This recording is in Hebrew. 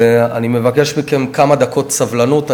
ואני מבקש מכם כמה דקות סבלנות.